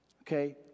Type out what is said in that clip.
Okay